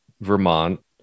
Vermont